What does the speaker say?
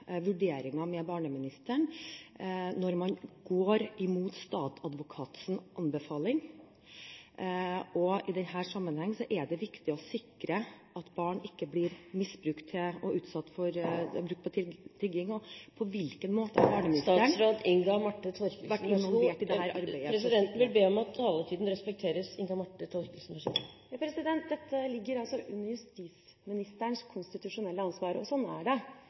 vurderinger av barneministeren når man går imot statsadvokatens anbefaling. I denne sammenhengen er det viktig å sikre at barn ikke blir brukt til tigging. På hvilken måte har barneministeren vært involvert i dette arbeidet? Presidenten vil be om at taletiden respekteres Dette ligger under justisministerens konstitusjonelle ansvar – sånn er det.